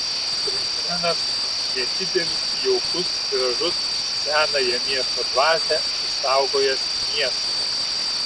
prizrenas nedidelis jaukus gražus senąją miesto dvasią išsaugojęs miestas